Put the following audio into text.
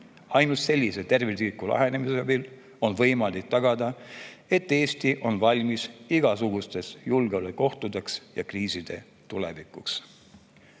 Ainult sellise tervikliku lähenemise abil on võimalik tagada, et Eesti on valmis igasugusteks julgeolekuohtudeks ja kriisideks tulevikus. Ja